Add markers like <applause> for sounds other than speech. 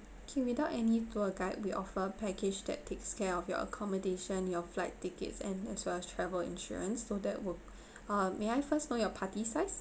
okay without any tour guide we offer a package that takes care of your accommodation your flight tickets and as well as travel insurance so that would <breath> may I first know your party size